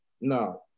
No